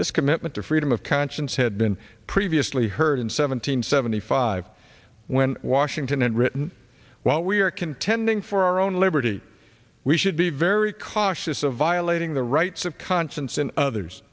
this commitment to freedom of conscience had been previously heard in seven hundred seventy five when washington and written while we are contending for our own liberty we should be very cautious of violating the rights of conscience and others